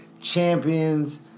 champions